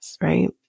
right